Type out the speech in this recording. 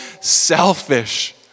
selfish